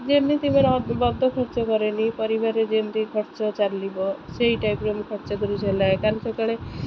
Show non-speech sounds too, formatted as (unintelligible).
ଯେମିତି (unintelligible) ବଦ ଖର୍ଚ୍ଚ କରେନି ପରିବାରରେ ଯେମିତି ଖର୍ଚ୍ଚ ଚାଲିବ ସେଇ ଟାଇପ୍ର ମୁଁ ଖର୍ଚ୍ଚ (unintelligible) କାଲି ସକାଳେ